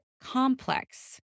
complex